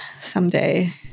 someday